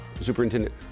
Superintendent